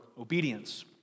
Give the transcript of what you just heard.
obedience